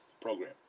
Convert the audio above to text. Program